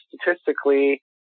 statistically